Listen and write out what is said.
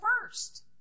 first